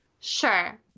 Sure